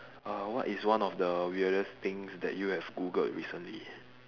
uh what is one of the weirdest things that you have Googled recently